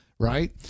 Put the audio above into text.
Right